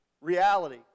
reality